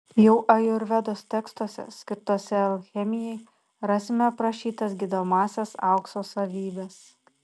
jau ajurvedos tekstuose skirtuose alchemijai rasime aprašytas gydomąsias aukso savybes